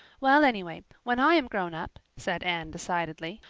well, anyway, when i am grown up, said anne decidedly,